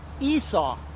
Esau